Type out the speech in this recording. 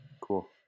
Cool